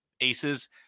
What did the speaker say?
aces